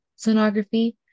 sonography